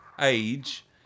age